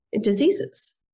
diseases